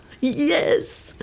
Yes